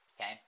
Okay